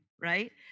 right